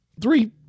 three